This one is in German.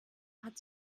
hat